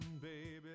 Baby